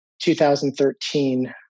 2013